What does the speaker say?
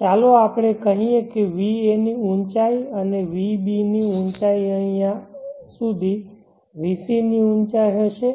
ચાલો આપણે કહીએ કે va ની ઊંચાઈ અને આ vb ની ઊંચાઈ અહીંયા સુંધી vc ની ઊંચાઈ હશે